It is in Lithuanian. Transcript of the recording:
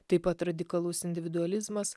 taip pat radikalus individualizmas